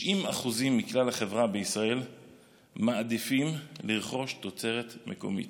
90% מכלל החברה בישראל מעדיפים לרכוש תוצרת מקומית.